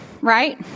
right